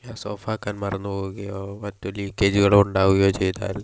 gas ഓഫാക്കാൻ മറന്നു പോവുകയോ മറ്റു ലീക്കേജുകൾ ഉണ്ടാവുകയോ ചെയ്താൽ